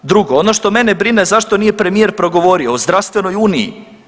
Drugo, ono što mene brine zašto nije premijer progovorio o zdravstvenoj uniji.